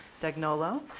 Dagnolo